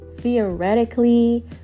theoretically